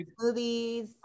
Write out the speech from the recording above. smoothies